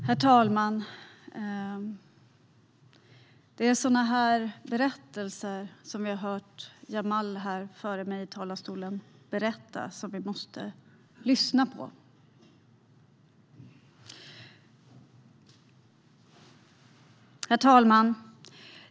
Herr talman! Det är berättelser som den vi har hört Jamal berätta i talarstolen före mig som vi måste lyssna på. Herr talman!